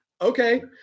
Okay